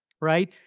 right